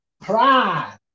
Pride